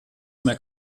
mehr